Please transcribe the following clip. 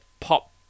pop